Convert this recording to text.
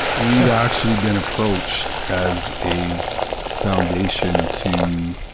we've actually been approached as a foundation to,